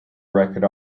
record